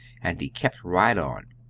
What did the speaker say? and he kept right on.